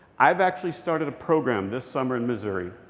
i've actually started a program this summer in missouri,